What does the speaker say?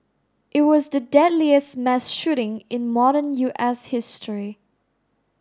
it was the deadliest mass shooting in modern U S history